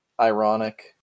Ironic